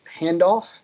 handoff